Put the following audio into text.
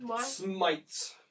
Smite